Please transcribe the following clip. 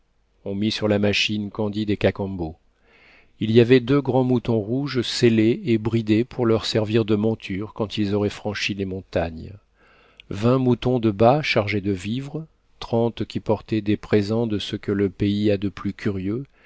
on mit sur la machine candide et cacambo il y avait deux grands moutons rouges sellés et bridés pour leur servir de monture quand ils auraient franchi les montagnes vingt moutons de bât chargés de vivres trente qui portaient des présents de ce que le pays a de plus curieux